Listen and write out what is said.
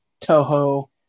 Toho